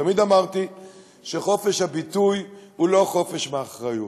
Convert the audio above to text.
תמיד אמרתי שחופש הביטוי הוא לא חופש מאחריות,